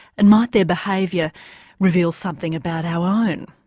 and might their behaviour reveal something about our own?